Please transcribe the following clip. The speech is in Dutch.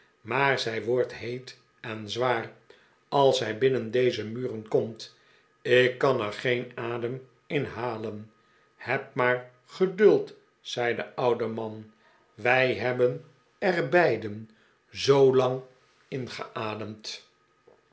maar zij wordt heet en zwaar als zij binnen deze muren komt ik kan er geen adem in halen heb maar geduld zei de oude man wij hebben er beiden zoolang in